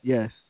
Yes